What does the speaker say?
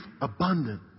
abundant